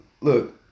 Look